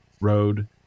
road